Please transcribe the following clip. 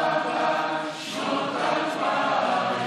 (חברי הכנסת מכבדים בקימה את צאת נשיא